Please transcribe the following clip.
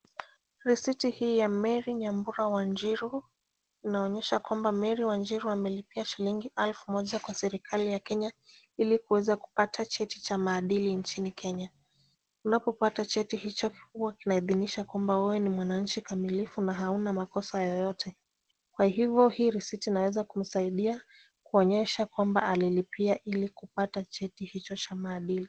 Risiti hii ya Mary Nyambura Wanjiru inaonyesha kuwa Mary Wanjiru amelipia shilingi elfu moja kwa serikali ya Kenya ili kuweza kupata cheti cha maadili nchini Kenya. Unapopata cheti hicho huwa kinaidhinisha kwamba wewe ni mwananchi kamilifu na hauna makosa yoyote, kwa hivyo hii risiti inaweza kumsaidia kuonyesha kwamba alilipia ili kupata cheti hicho cha maadili.